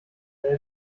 weil